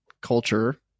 culture